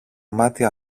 μάτι